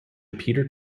peter